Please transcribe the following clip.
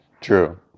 true